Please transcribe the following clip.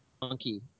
monkey